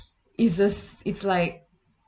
is just it's like